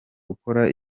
ukora